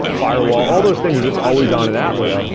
firewall. all those things are just always on in atlas,